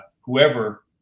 whoever